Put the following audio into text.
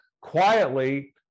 Quietly